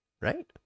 right